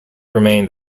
remained